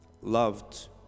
loved